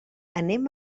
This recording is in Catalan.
anem